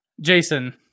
Jason